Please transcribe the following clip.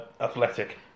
Athletic